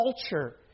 culture